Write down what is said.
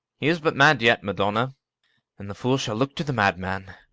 he is but mad yet, madonna and the fool shall look to the madman.